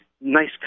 nice